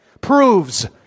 proves